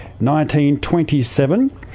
1927